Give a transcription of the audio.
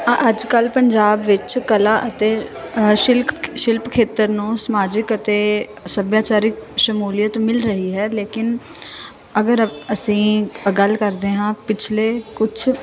ਅ ਅੱਜ ਕੱਲ੍ਹ ਪੰਜਾਬ ਵਿੱਚ ਕਲਾ ਅਤੇ ਸ਼ਿਲਕ ਸ਼ਿਲਪ ਖੇਤਰ ਨੂੰ ਸਮਾਜਿਕ ਅਤੇ ਸੱਭਿਆਚਾਰਕ ਸ਼ਮੂਲੀਅਤ ਮਿਲ ਰਹੀ ਹੈ ਲੇਕਿਨ ਅਗਰ ਅਸੀਂ ਗੱਲ ਕਰਦੇ ਹਾਂ ਪਿਛਲੇ ਕੁਛ